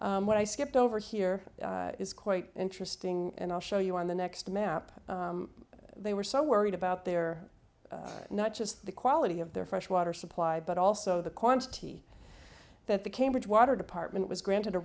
meningitis when i skipped over here is quite interesting and i'll show you on the next map they were so worried about their not just the quality of their fresh water supply but also the quantity that the cambridge water department was granted a